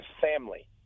family